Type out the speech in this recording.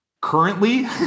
currently